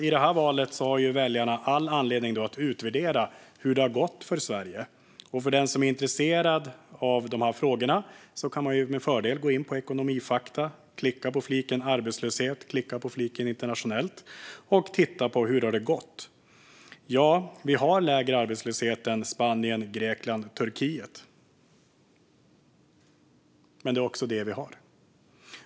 I årets val har väljarna all anledning att utvärdera hur det har gått för Sverige. Den som är intresserad av dessa frågor kan med fördel gå in på Ekonomifaktas hemsida och klicka på fliken "Arbetslöshet" och sedan på fliken "Arbetslöshet - internationellt" för att se hur det har gått. Ja, vi har lägre arbetslöshet än Spanien, Grekland och Turkiet, men det är också vad vi har.